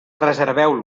reserveu